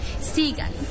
sigan